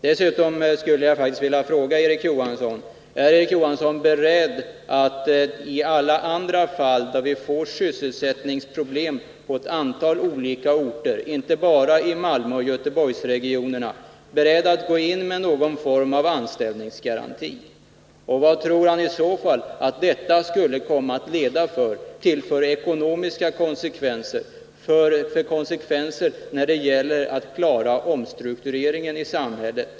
Dessutom vill jag fråga Erik Johansson: Är Erik Johansson beredd att i alla andra fall på olika håll i landet där det kan uppstå sysselsättningsproblem — inte bara i Malmöoch Göteborgsregionerna — beredd att gå in med någon form av anställningsgaranti? Vilka ekonomiska konsekvenser tror Erik Johansson i så fall att det skulle komma att leda till? Och vilka konsekvenser skulle det få när det gäller att klara omstruktureringen i samhället?